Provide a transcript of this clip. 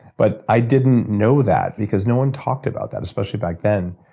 but i didn't know that because no one talked about that. especially back then,